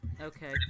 Okay